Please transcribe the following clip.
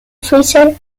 fisher